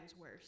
worse